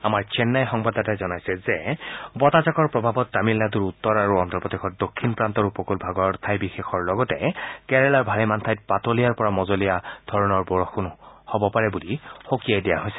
আমাৰ চেন্নাইৰ সংবাদদাতাই জনাইছে যে বতাহজাকৰ প্ৰভাৱত তামিলনাড়ৰ উত্তৰ প্ৰান্ত আৰু অদ্ৰপ্ৰদেশৰ দক্ষিণ প্ৰান্তৰ উপকুলভাগৰ ঠাইবিশেষৰ লগতে কেৰালাৰ ভালেমান ঠাইত পাতলীয়াৰ পৰা মজলীয়া ধৰণৰ বৰষুণ হ'ব পাৰে বুলি সঁকিয়াই দিয়া হৈছে